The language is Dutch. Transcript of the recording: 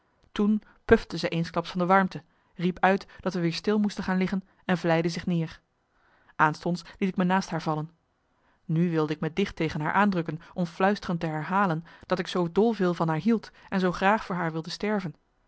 toen pufte zij eensklaps van de warmte riep uit dat we weer stil moesten gaan liggen en vlijde zich neer aanstonds liet ik me naast haar vallen nu wilde ik me dicht tegen haar aan drukken om fluisterend te herhalen dat ik zoo dol veel van haar hield en zoo graag voor haar wilde sterven